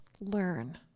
learn